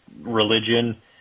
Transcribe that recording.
religion